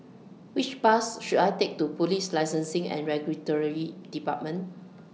Which Bus should I Take to Police Licensing and Regulatory department